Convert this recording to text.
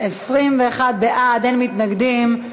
21 בעד, אין מתנגדים.